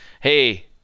hey